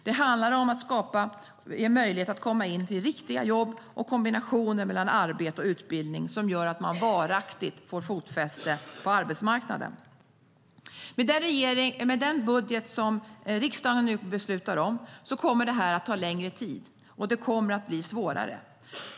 Det handlar om att ge möjlighet till riktiga jobb och kombinationer mellan arbete och utbildning som gör att man varaktigt får fotfäste på arbetsmarknaden. Med den budget som riksdagen nu beslutar om kommer det här att ta längre tid, och det kommer att bli svårare.